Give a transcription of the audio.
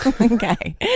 Okay